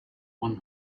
one